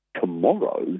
tomorrow